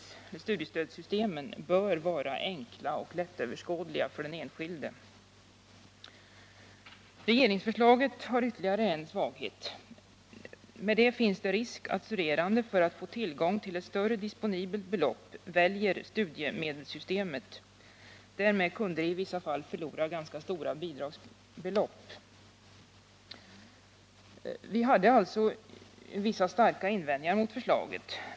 Studiestödssystemen bör vara enkla och lättöverskådliga för den enskilde. Regeringsförslaget har ytterligare en svaghet. Med det finns det risk för att studerande för att få tillgång till ett större disponibelt belopp väljer studiemedelssystemet. Därmed kunde de i vissa fall förlora ganska stora bidragsbelopp. Vi hade alltså vissa starka invändningar mot förslaget.